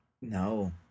No